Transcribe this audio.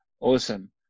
Awesome